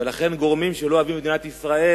ולכן גורמים שלא אוהבים את מדינת ישראל